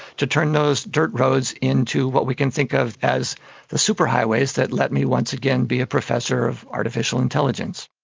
to turn those dirt roads into what we can think of as the super highways that let me once again be a professor of artificial intelligence.